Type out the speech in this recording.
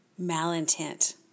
malintent